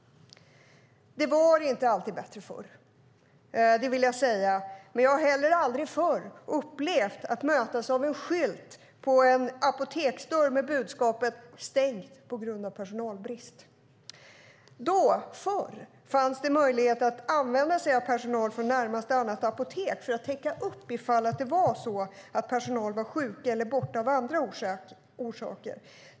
Det var inte alltid bättre förr, det vill jag säga, men jag har aldrig tidigare mötts av en skylt på en apoteksdörr med budskapet "Stängt på grund av personalbrist". Förr fanns det möjlighet att använda sig av personal från närmaste apotek för att täcka upp ifall någon var sjuk eller borta av andra orsaker.